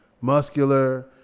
muscular